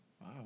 Wow